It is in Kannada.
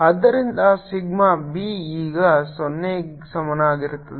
ಆದ್ದರಿಂದ ಸಿಗ್ಮಾ B ಈಗ 0 ಗೆ ಸಮಾನವಾಗಿರುತ್ತದೆ